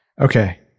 Okay